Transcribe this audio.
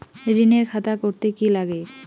ঋণের খাতা করতে কি লাগে?